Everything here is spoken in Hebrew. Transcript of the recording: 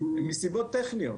מסיבות טכניות.